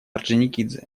орджоникидзе